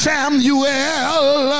Samuel